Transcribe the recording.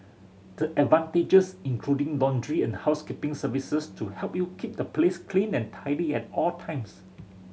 the advantages including laundry and housekeeping services to help you keep the place clean and tidy at all times